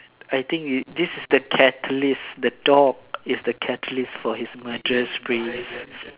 I think it this is the catalyst the dog is the catalyst for his murderous sprees